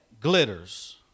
glitters